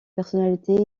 personnalités